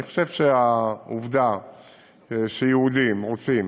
אני חושב שהעובדה שיהודים רוצים